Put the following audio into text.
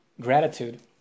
gratitude